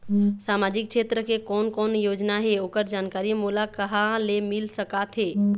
सामाजिक क्षेत्र के कोन कोन योजना हे ओकर जानकारी मोला कहा ले मिल सका थे?